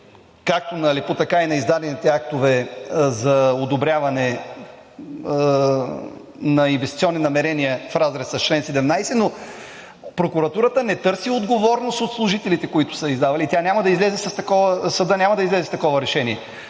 така и на издадените актове за одобряване на инвестиционни намерения в разрез с чл. 17, но Прокуратурата не търси отговорност от служителите, които са я издавали, и съдът няма да излезе с такова решение.